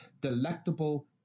delectable